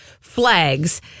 flags